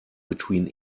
between